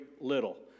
little